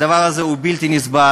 הדבר הזה הוא בלתי נסבל,